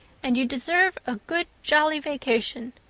and you deserve a good, jolly vacation.